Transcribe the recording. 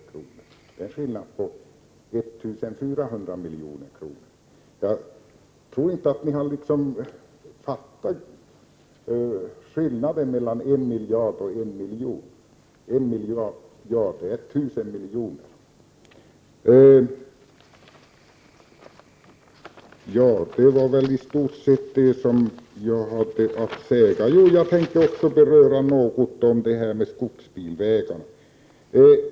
Det är en skillnad på 1 400 miljoner. Jag tror inte ni har fattat skillnaden mellan 1 miljard och 1 miljon. 1 miljard är 1 000 miljoner. Detta var väl i stort sett det jag hade att säga. Jag tänker också något beröra skogsbilvägarna.